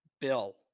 Bill